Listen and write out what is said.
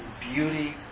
beauty